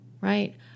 right